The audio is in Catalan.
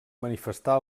manifestar